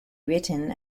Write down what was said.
written